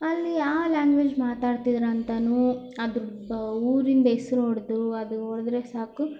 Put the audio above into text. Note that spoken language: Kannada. ಅಲ್ಲಿ ಯಾವ ಲ್ಯಾಂಗ್ವೇಜ್ ಮಾತಾಡ್ತಿದ್ರು ಅಂತಲೂ ಅದರ ಊರಿಂದು ಹೆಸ್ರು ಹೊಡೆದು ಅದು ಹೋದರೆ ಸಾಕು